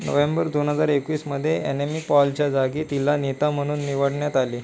November दोन हजार एकवीसमध्ये एनेमी पॉलच्या जागी तिला नेता म्हणून निवडण्यात आले